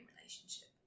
relationship